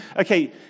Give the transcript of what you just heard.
Okay